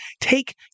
take